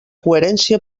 coherència